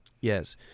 Yes